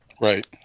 Right